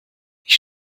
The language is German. ich